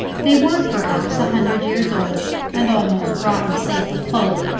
they were perhaps a hundred years old, and almost rotten, save the cloak,